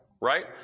Right